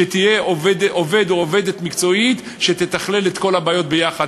שיהיו עובד או עובדת מקצועיים שיתכללו את כל הבעיות יחד,